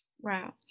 Wow